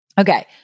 Okay